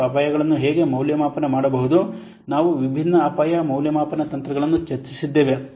ಮತ್ತು ಅಪಾಯಗಳನ್ನು ಹೇಗೆ ಮೌಲ್ಯಮಾಪನ ಮಾಡಬಹುದು ನಾವು ವಿಭಿನ್ನ ಅಪಾಯ ಮೌಲ್ಯಮಾಪನ ತಂತ್ರಗಳನ್ನು ಚರ್ಚಿಸಿದ್ದೇವೆ